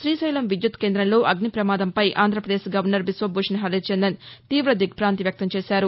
శ్రీశైలం విద్యుత్ కేంద్రంలో అగ్నిప్రమాదంపై ఆంధ్రాప్రదేశ్ గవర్నర్ చిశ్వభూషణ్ హరిచందన్ తీవ దిగ్భాంతి వ్యక్తంచేశారు